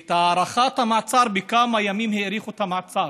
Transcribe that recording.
על הארכת המעצר, בכמה ימים האריכו את המעצר.